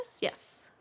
Yes